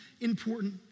important